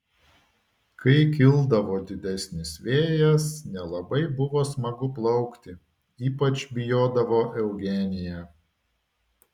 kai kildavo didesnis vėjas nelabai buvo smagu plaukti ypač bijodavo eugenija